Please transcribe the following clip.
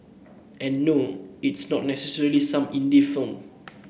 and no it's not necessarily some Indie film